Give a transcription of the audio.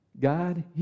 God